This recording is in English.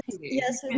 yes